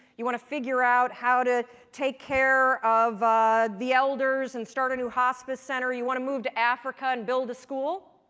you want to figure out how to take care of the elders and start a new hospice center, you want to move to africa and build a school.